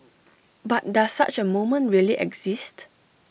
but does such A moment really exist